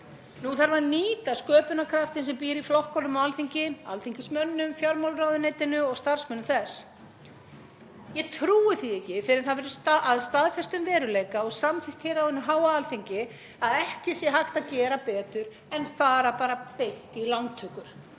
Nú þarf að nýta sköpunarkraftinn sem býr í flokkunum á Alþingi, alþingismönnum, fjármálaráðuneytinu og starfsmönnum þess. Ég trúi því ekki fyrr en það verður að staðfestum veruleika og samþykkt hér á hinu háa Alþingi að ekki sé hægt að gera betur en fara bara beint í lántökur